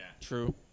True